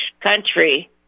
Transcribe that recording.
country